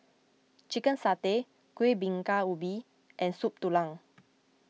Chicken Satay Kuih Bingka Ubi and Soup Tulang